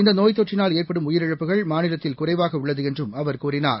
இந்தநோய் தொற்றினால் ஏற்படும் உயிரிழப்புகள் மாநிலத்தில் குறைவாகஉள்ளதுஎன்றும் அவர் கூறினார்